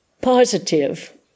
positive